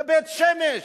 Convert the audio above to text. בבית-שמש.